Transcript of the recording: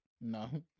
No